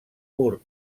pur